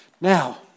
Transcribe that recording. Now